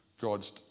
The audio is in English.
God's